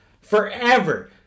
forever